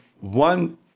one